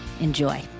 Enjoy